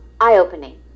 eye-opening